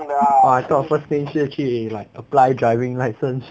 I thought first thing 是去 like apply driving license